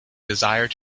desire